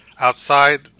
outside